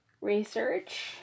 research